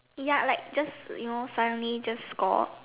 ya like just you know suddenly just